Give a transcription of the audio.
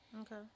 Okay